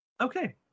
okay